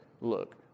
look